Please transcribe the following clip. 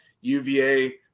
UVA